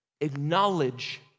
acknowledge